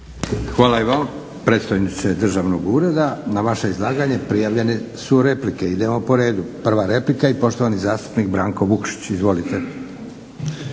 Hvala i vama predstojniče državnog ureda. Na vaše izlaganje prijavljene su replike. Idemo po redu. Prva replika i poštovani zastupnik Branko Vukšić. Izvolite.